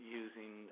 using